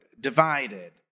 divided